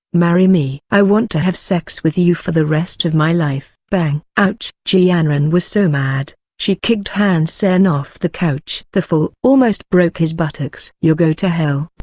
marry me! i want to have sex with you for the rest of my life. pang! ouch! ji yanran was so mad, she kicked han sen off the couch. the fall almost broke his buttocks. you go to hell!